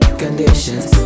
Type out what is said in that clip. conditions